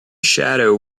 shadow